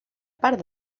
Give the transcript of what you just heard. part